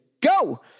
go